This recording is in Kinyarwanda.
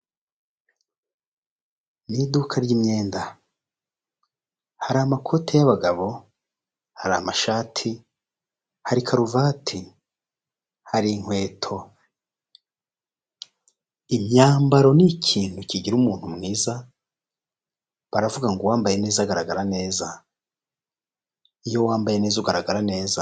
Mu iduka ry'imyenda hari amakoti y'abagabo.,hari amashati ,hari karuvati, hari inkweto. Imyambaro ni ikintu kigira umuntu mwiza baravuga ngo uwambaye neza agaragara neza iyo wambaye neza ugaragara neza.